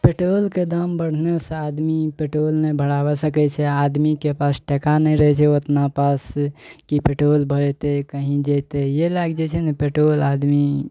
पेट्रोलके दाम बढ़ने सऽ आदमी पेट्रोल नहि भराबै सकै छै आदमीके पास टका नहि रहै छै ओतना पैसा कि पेट्रोल भरेतै कही जेतै ई लागि जाइ छै नऽ पेट्रोल आदमी